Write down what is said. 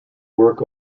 work